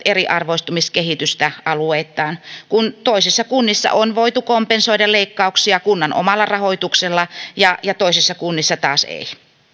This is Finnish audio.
eriarvoistumiskehitystä alueittain kun toisissa kunnissa on voitu kompensoida leikkauksia kunnan omalla rahoituksella ja ja toisissa kunnissa taas ei